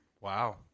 Wow